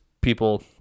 people